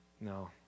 No